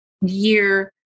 year